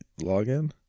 login